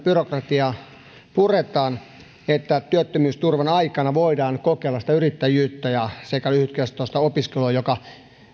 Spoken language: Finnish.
byrokratiaa puretaan niin että työttömyysturvan aikana voidaan kokeilla yrittäjyyttä sekä lyhytkestoista opiskelua joka